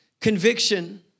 conviction